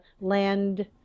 land